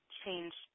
change